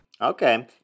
okay